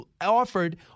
offered